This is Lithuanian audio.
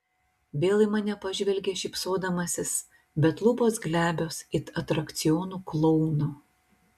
vėl į mane pažvelgia šypsodamasis bet lūpos glebios it atrakcionų klouno